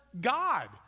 God